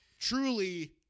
truly